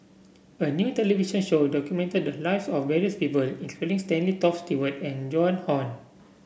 a new television show documented the lives of various people including Stanley Toft Stewart and Joan Hon